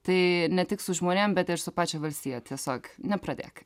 tai ne tik su žmonėm bet ir su pačia valstija tiesiog nepradėk